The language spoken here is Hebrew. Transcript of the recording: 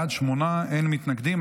בעד, שמונה, אין מתנגדים.